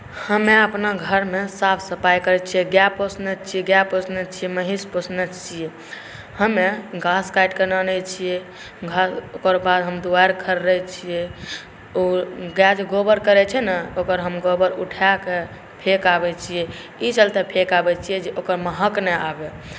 हम अपना घरमे साफ सफाइ करैत छियै गाए पोसने छियै गाए पोसने छियै महीष पोसने छियै हम घास काटि कऽ अनैत छियै ओकर बाद हम दुआरि खड़रैत छियै ओ गाए जे गोबर करैत छै ने ओकर हम गोबर उठा के फेक आबैत छियै ई चलते फेक आबैत छियै जे ओकर महक नहि आबय